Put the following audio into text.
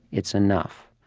it's enough.